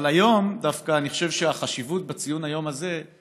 אבל היום דווקא אני חושב שהחשיבות של ציון היום הזה היא